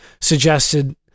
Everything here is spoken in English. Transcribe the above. suggested